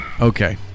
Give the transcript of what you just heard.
Okay